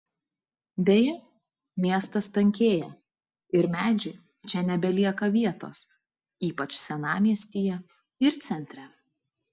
deja miestas tankėja ir medžiui čia nebelieka vietos ypač senamiestyje ir centre